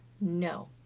no